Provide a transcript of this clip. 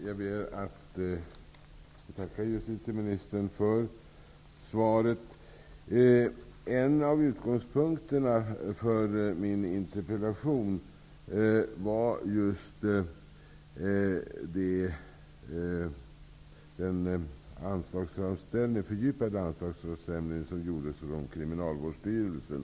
Fru talman! Jag ber att få tacka justitieministern för svaret. En av utgångspunkterna för min interpellation var den fördjupade anslagsframställning som gjordes av Kriminalvårdsstyrelsen.